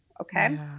Okay